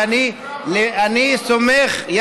ואני סומך,